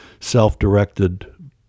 self-directed